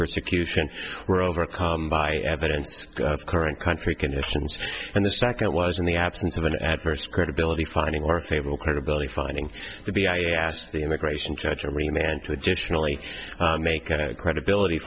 persecution were overcome by evidence of current country conditions and the second was in the absence of an adverse credibility finding or table credibility finding would be i asked the immigration judge every man to additionally make a credibility